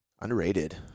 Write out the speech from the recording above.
Underrated